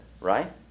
right